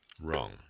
wrong